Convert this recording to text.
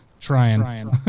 Trying